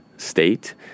state